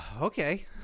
Okay